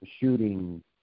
shooting